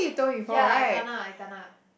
ya I kena I kena